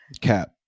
Cap